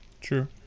true